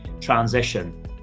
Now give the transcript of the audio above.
transition